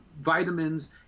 vitamins